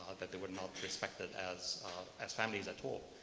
that they were not respected as as families at all.